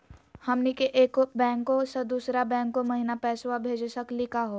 हमनी के एक बैंको स दुसरो बैंको महिना पैसवा भेज सकली का हो?